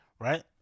right